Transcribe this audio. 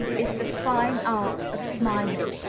is the fine art of smiling?